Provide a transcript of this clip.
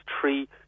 three